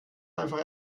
einfach